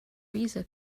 theresa